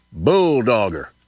bulldogger